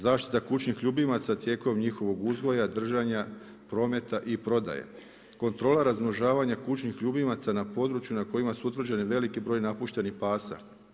Zaštita, kućnih ljubimaca tijekom njihovog uzgoja, držanja, prometa i prodaje, kontrola razmnožavanja kućnih ljubimaca, na području na kojima su utvrđeni veliki broj napušteni pasa.